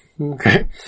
Okay